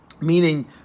meaning